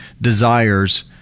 desires